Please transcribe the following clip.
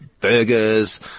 burgers